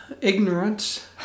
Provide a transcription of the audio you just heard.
ignorance